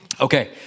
Okay